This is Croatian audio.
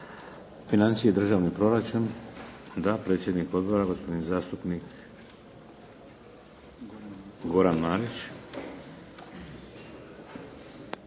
financije i državni proračun? Da, predsjednik odbora gospodin zastupnik Goran Marić.